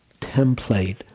template